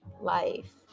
life